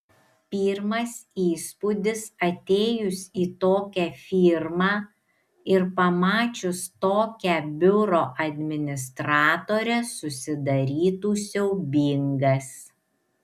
pirmas įspūdis atėjus į tokią firmą ir pamačius tokią biuro administratorę susidarytų siaubingas